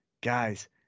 guys